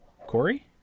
Corey